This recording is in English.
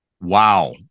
Wow